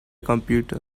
computer